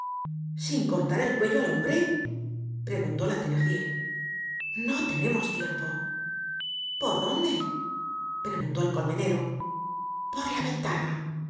sin cortar el cuello al hombre preguntó la thenardier no tenemos tiempo por dónde preguntó el colmenero por la ventana